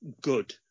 good